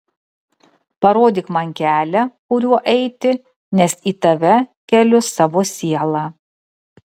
parodyk man kelią kuriuo eiti nes į tave keliu savo sielą